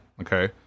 Okay